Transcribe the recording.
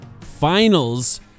finals